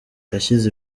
yashyize